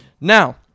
Now